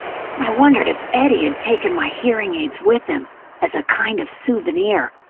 i wondered if eddie had taken my hearing aids with him as a kind of souvenir.